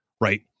Right